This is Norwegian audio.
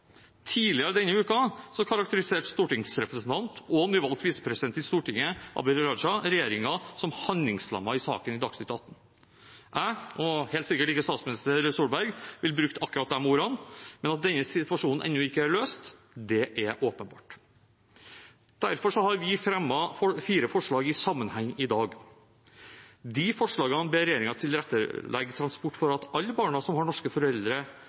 Tidligere denne uken karakteriserte stortingsrepresentant og nyvalgt visepresident i Stortinget, Abid Q. Raja, regjeringen som handlingslammet i saken i Dagsnytt 18. Jeg ville ikke, og helt sikkert ikke statsminister Solberg, brukt akkurat de ordene, men at denne situasjonen ennå ikke er løst, er åpenbart. Derfor har Arbeiderpartiet fremmet fire forslag i sammenheng i dag. De forslagene ber regjeringen tilrettelegge for transport av alle barn som har norske foreldre,